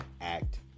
Act